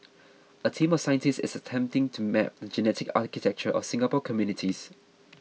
a team of scientists is attempting to map the genetic architecture of Singapore's communities